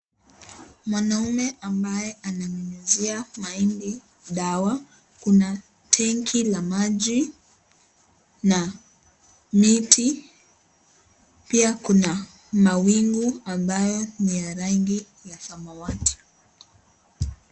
Mwanaume ambaye ananyunyuzia mahindi dawa, kuna tenki la maji na miti pia kuna mawingu ambayo ni ya rangi ya samawati.